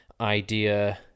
idea